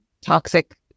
toxic